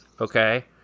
Okay